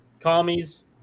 Commies